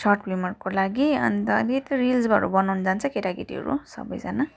short फिल्महरूको लागि अन्त अलिकति रिल्सहरू बनाउन जान्छ केटा केटीहरू सबैजना